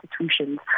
institutions